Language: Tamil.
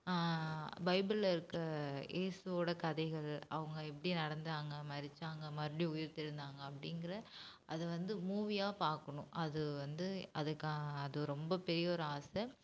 பைபிளில் இருக்க ஏசுவோட கதைகள் அவங்க எப்படி இறந்தாங்க மரித்தாங்க மறுபடி உயிர் திறந்தாங்க அப்படிங்கிற அது வந்து மூவியாக பார்க்கணும் அது வந்து அதுக்காக அது ரொம்ப பெரிய ஒரு ஆசை